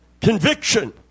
conviction